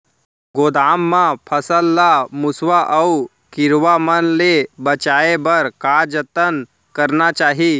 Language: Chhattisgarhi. गोदाम मा फसल ला मुसवा अऊ कीरवा मन ले बचाये बर का जतन करना चाही?